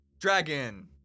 Dragon